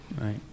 Right